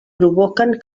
provoquen